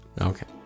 Okay